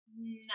No